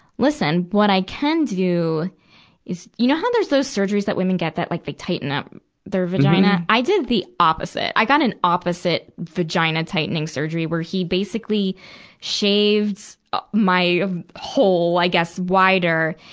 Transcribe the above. listen. what i can do is you know how there's those surgeries that women get, that like they tighten up their vagina? i did the opposite. i got an opposite vagina-tightening surgery, where he basically shaves my hole, i guess, wider.